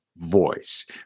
voice